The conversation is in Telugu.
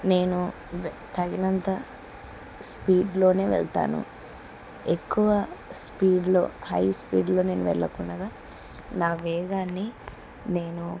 నేను తగినంత స్పీడ్లోనే వెళ్తాను ఎక్కువ స్పీడ్లో హై స్పీడ్లో నేను వెళ్ళకుండగా నా వేగాన్ని నేను